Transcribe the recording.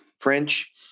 French